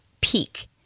peak